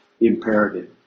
imperative